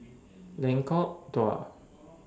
Lengkok Dua